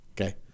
okay